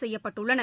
செய்யப்பட்டுள்ளன